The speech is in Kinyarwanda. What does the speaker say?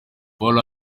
paul